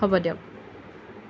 হ'ব দিয়ক